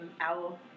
Owl